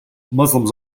muslims